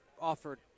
offered